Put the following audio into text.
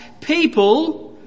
people